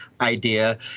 idea